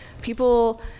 people